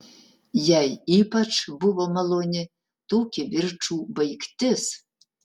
jai ypač buvo maloni tų kivirčų baigtis